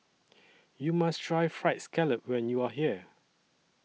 YOU must Try Fried Scallop when YOU Are here